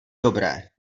dobré